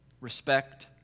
respect